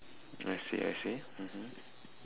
I see I see mmhmm